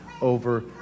over